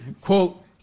Quote